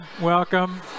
Welcome